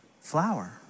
flower